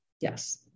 Yes